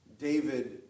David